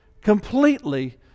completely